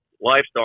livestock